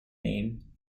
name